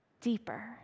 deeper